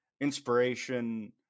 inspiration